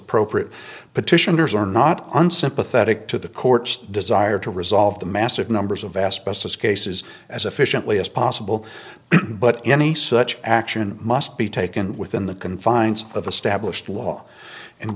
appropriate petitioners are not unsympathetic to the court's desire to resolve the massive numbers of asbestos cases as efficiently as possible but any such action must be taken within the confines of a stablished law and